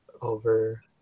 over